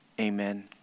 amen